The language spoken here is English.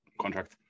contract